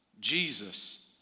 Jesus